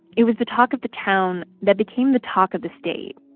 it was the talk of the town that became the talk of the state.